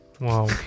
Wow